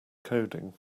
coding